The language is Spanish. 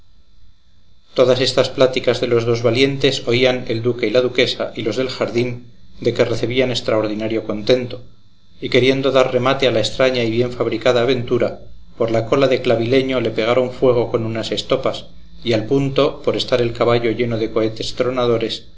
todas estas pláticas de los dos valientes oían el duque y la duquesa y los del jardín de que recibían estraordinario contento y queriendo dar remate a la estraña y bien fabricada aventura por la cola de clavileño le pegaron fuego con unas estopas y al punto por estar el caballo lleno de cohetes tronadores